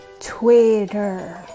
twitter